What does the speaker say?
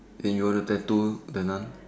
then you want a tattoo don't want